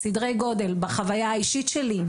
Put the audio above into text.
סדרי גודל בחוויה האישית שלי,